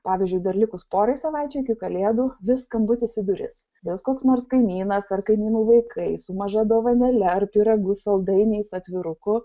pavyzdžiui dar likus porai savaičių iki kalėdų vis skambutis į duris vis koks nors kaimynas ar kaimynų vaikai su maža dovanėle ar pyragu saldainiais atviruku